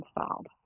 installed